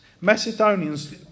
Macedonians